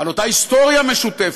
על אותה היסטוריה משותפת,